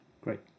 Great